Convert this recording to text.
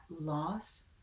loss